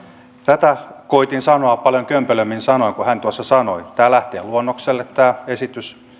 tätä koetin sanoa paljon kömpelömmin sanoin kuin hän tuossa sanoi tämä esitys lähtee luonnokselle